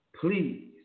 Please